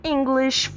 English